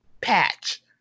patch